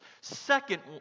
Second